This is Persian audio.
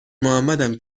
محمدم